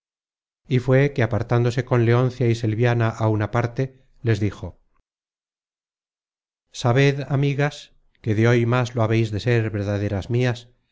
y fué que apartándose con leoncia y selviana á una parte les dijo sabed amigas que de hoy más lo habeis de ser verdaderas mias